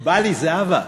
בא לי, זהבה.